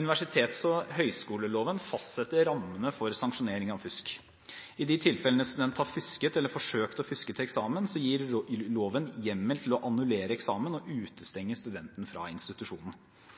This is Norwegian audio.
Universitets- og høyskoleloven fastsetter rammene for sanksjonering av fusk. I de tilfellene en student har fusket eller forsøkt å fuske til eksamen, gir loven hjemmel til å annullere eksamen og utestenge studenten fra institusjonen.